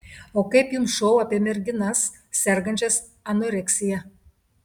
o kaip jums šou apie merginas sergančias anoreksija